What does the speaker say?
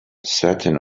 certain